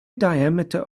diameter